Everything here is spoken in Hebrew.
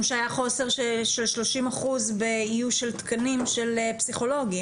שהיה חוסר של 30 אחוז באיוש של תקנים של פסיכולוגים.